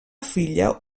filla